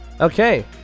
okay